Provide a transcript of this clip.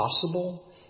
possible